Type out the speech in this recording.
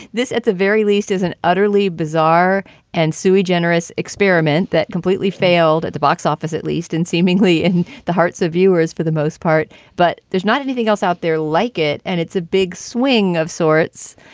this, at the very least, is an utterly bizarre and sui generous experiment that completely failed at the box office, at least, and seemingly in the hearts of viewers for the most part. but there's not anything else out there like it. and it's a big swing of sorts.